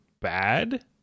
bad